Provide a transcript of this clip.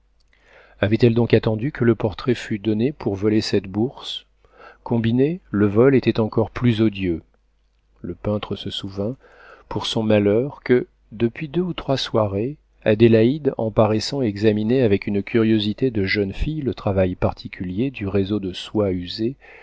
avaient-elles donc attendu que le portrait fût donné pour voler cette bourse combiné le vol était encore plus odieux le peintre se souvint pour son malheur que depuis deux ou trois soirées adélaïde en paraissant examiner avec une curiosité de jeune fille le travail particulier du réseau de soie usé